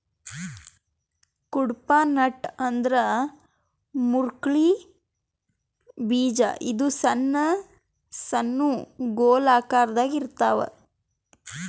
Cuddapah nut ಅಂದ್ರ ಮುರ್ಕಳ್ಳಿ ಬೀಜ ಇದು ಸಣ್ಣ್ ಸಣ್ಣು ಗೊಲ್ ಆಕರದಾಗ್ ಇರ್ತವ್